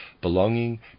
belonging